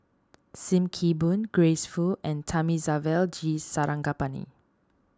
Sim Kee Boon Grace Fu and Thamizhavel G Sarangapani